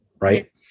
Right